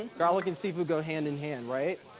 and garlic and seafood go hand in hand, right?